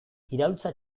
iraultza